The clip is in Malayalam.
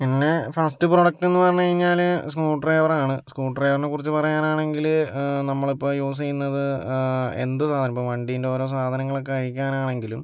എൻ്റെ ഫസ്റ്റ് പ്രൊഡക്റ്റെന്ന് പറഞ്ഞ് കഴിഞ്ഞാൽ സ്ക്രൂ ഡ്രൈവറാണ് സ്ക്രൂ ഡ്രൈവറിനെക്കുറിച്ച് പറയാനാണെങ്കില് നമ്മളിപ്പോൾ യൂസ് ചെയ്യുന്നത് എന്ത് സാധനം ഇപ്പോൾ വണ്ടീൻ്റെ ഓരോ സാധനങ്ങളൊക്കെ അഴിക്കാനാണെങ്കിലും